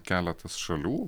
keletas šalių